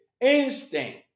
Instinct